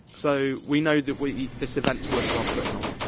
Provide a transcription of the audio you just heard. so, we know that we, this event's worthwhile putting on.